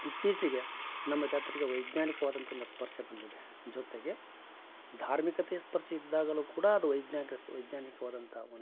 ಇತ್ತೀಚೆಗೆ ನಮ್ಮ ಜಾತ್ರೆಗೆ ವೈಜ್ಞಾನಿಕವಾದಂಥ ಒಂದು ಸ್ಪರ್ಶ ಬಂದಿದೆ ಜೊತೆಗೆ ಧಾರ್ಮಿಕತೆಯ ಸ್ಪರ್ಶ ಇದ್ದಾಗಲೂ ಕೂಡ ಅದು ವೈಜ್ಞಾನಿಕ ಸುಸ್ ವೈಜ್ಞಾನಿಕವಾದಂಥ ಒಂದು